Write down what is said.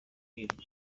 iri